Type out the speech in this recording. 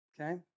okay